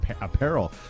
apparel